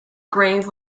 grave